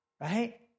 right